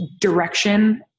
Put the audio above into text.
direction